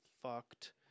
fucked